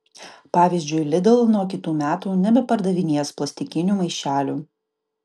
pavyzdžiui lidl nuo kitų metų nebepardavinės plastikinių maišelių